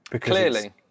Clearly